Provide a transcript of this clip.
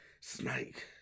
snake